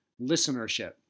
listenership